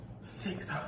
Six